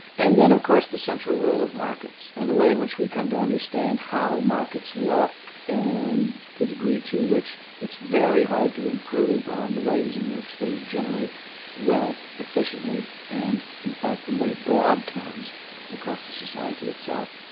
and then of course the central role of markets, and the way in which we come to understand how markets work and the degree to which it's very hard to improve on the ways in which they generate wealth efficiently and in fact in very broad terms across the society itself.